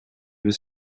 was